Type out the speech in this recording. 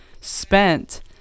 spent